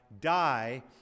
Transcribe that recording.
die